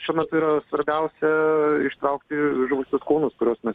šiuo metu yra svarbiausia ištraukti žuvusius kūnus kuriuos mes